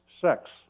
sex